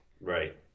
right